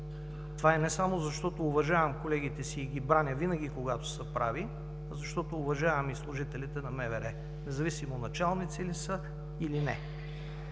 Това е не само защото уважавам колегите си и ги браня винаги, когато са прави, а защото уважавам и служителите на МВР, независимо началници ли са, или не.